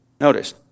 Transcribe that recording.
Notice